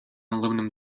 aluminum